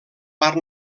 part